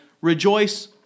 rejoice